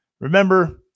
remember